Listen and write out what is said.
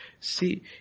See